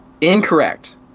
Incorrect